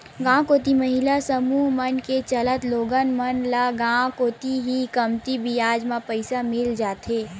गांव कोती महिला समूह मन के चलत लोगन मन ल गांव कोती ही कमती बियाज म पइसा मिल जाथे